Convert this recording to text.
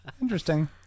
Interesting